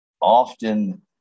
often